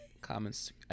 Comments